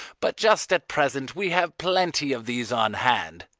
but just at present we have plenty of these on hand.